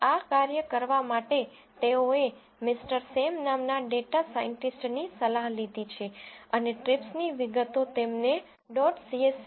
આ કાર્ય કરવા માટે તેઓએ મિસ્ટર સેમ નામના ડેટા સાયન્ટીસ્ટની સલાહ લીધી છે અને ટ્રિપ્સની વિગતો તેમને ડોટ સીએસવી